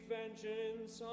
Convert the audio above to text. vengeance